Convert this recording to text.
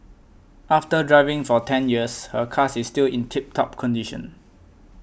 after driving for ten years her car is still in tip top condition